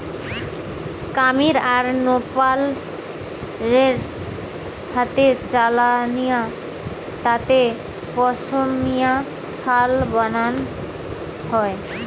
কামীর আর নেপাল রে হাতে চালানিয়া তাঁতে পশমিনা শাল বানানা হয়